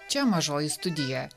čia mažoji studija